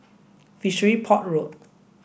Fishery Port Road